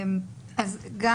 גם